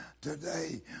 today